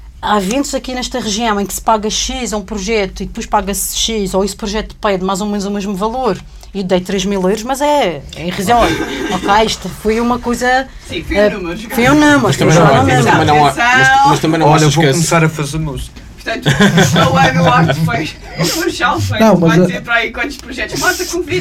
Há eventos aqui nesta região em que se paga X a um projeto e depois paga-se X, ou esse projeto pede mais ou menos o mesmo valor. E dei 3.000 euros, mas é- é em razão. Ok, isto foi uma coisa, Sim, foi um eh, número. foi um número, Mas foi também só não há- um mas número. também não há- mas- mas também não há- Olha, eu se vou esquece. começar a fazer música. Portanto, só o Eduardo foi- o Gonçalo foi Não, o que mas, vai eh, dizer para aí quantos projetos. Mostra com quem.